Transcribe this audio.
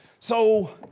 so